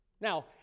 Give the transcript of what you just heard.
Now